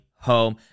Home